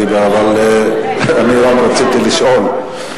אני רק רציתי לשאול.